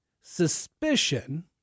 suspicion